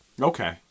Okay